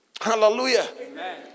Hallelujah